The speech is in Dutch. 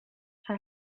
hij